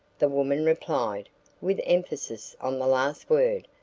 the woman replied with emphasis on the last word.